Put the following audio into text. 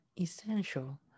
essential